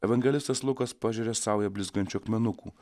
evangelistas lukas pažeria saują blizgančių akmenukų